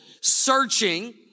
searching